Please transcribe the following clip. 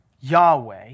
Yahweh